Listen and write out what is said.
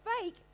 fake